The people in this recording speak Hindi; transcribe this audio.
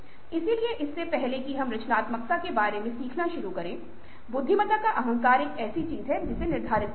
इसलिए इससे पहले कि हम रचनात्मकता के बारे में सीखना शुरू करें बुद्धिमत्ता का अहंकार एक ऐसी चीज है जिसे निर्धारित करना है